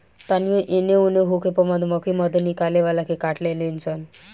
तानियो एने ओन होखे पर मधुमक्खी मध निकाले वाला के काट लेवे ली सन